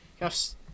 Yes